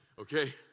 okay